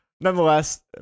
Nonetheless